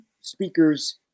speakers